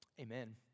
Amen